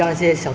ya